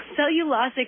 cellulosic